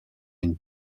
une